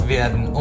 werden